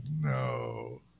no